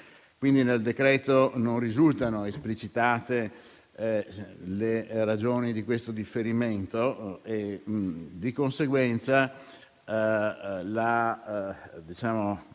Quindi, nel decreto non risultano esplicitate le ragioni di questo differimento. Di conseguenza, è stata